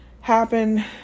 happen